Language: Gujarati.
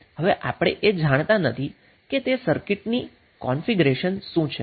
હવે આપણે એ જાણતા નથી કે તે સર્કિટ ની કન્ફિગરેશન શું છે